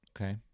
Okay